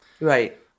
right